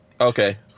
Okay